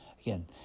Again